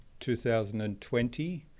2020